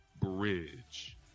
Bridge